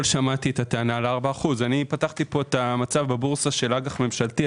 את הטענה של 4%. פתחתי את המצב בבורסה של אג"ח ממשלתי,